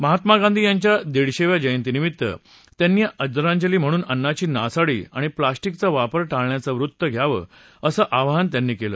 महात्मा गांधी यांच्या दिडशेव्या जयंतीनिमित्त त्यांनी आदरांजली म्हणून अन्नाची नासाडी आणि प्लास्टिकचा वापर टाळण्याचा वसा घ्यावा असं आवाहन त्यांनी केलं